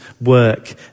work